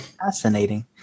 Fascinating